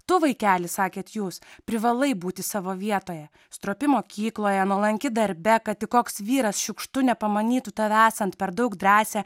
tu vaikeli sakėte jūs privalai būti savo vietoje stropi mokykloje nuolanki darbe kad tik koks vyras šiukštu nepamanytų tave esant per daug drąsią